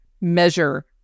measure